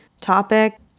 topic